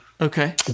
Okay